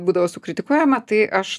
būdavo sukritikuojama tai aš